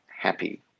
happy